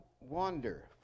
wander